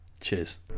cheers